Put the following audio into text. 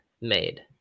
made